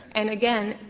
and again,